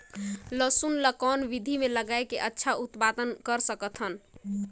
लसुन ल कौन विधि मे लगाय के अच्छा उत्पादन कर सकत हन?